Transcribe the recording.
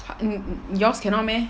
h~ yours cannot meh